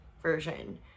version